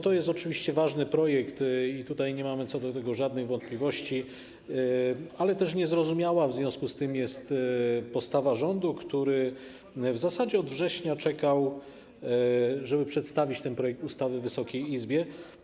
To jest oczywiście ważny projekt i nie mamy co do tego żadnych wątpliwości, ale też niezrozumiała w związku z tym jest postawa rządu, który w zasadzie od września czekał, żeby przedstawić ten projekt ustawy Wysokiej Izbie.